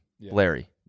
Larry